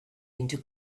into